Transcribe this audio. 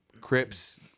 Crips